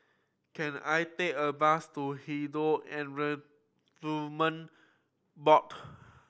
can I take a bus to Hindu Board